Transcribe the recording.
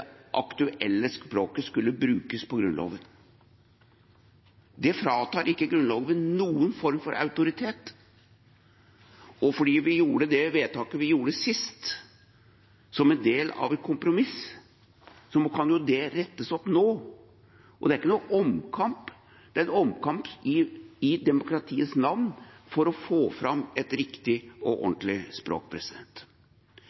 aktuelle språket skulle brukes i Grunnloven. Det fratar ikke Grunnloven noen form for autoritet, og fordi vi gjorde det vedtaket vi gjorde sist, som en del av et kompromiss, kan jo det rettes opp nå. Det er ikke noen omkamp. Det er en kamp i demokratiets navn for å få et riktig og